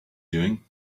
doing